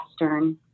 Western